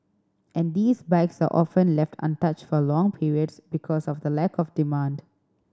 and these bikes are often left untouched for long periods because of the lack of demand